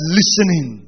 listening